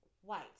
white